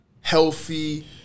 healthy